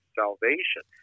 salvation